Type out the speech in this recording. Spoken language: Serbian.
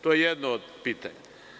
To je jedno od pitanja.